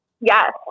Yes